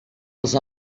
als